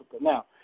Now